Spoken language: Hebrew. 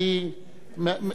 אפקטיבית.